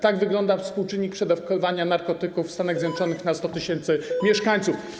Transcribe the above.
Tak wygląda współczynnik przedawkowania narkotyków w Stanach Zjednoczonych na 100 tys. mieszkańców.